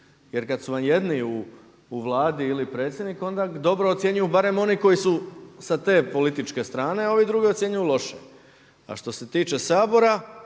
Jer kad su vam jedni u Vladi ili predsjednik onda dobro ocjenjuju barem oni koji su sa te političke strane a ovi drugi ocjenjuju loše. A što se tiče Sabor